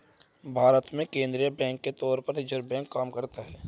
भारत में केंद्रीय बैंक के तौर पर रिज़र्व बैंक काम करता है